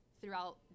throughout